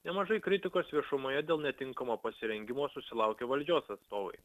nemažai kritikos viešumoje dėl netinkamo pasirengimo susilaukė valdžios atstovai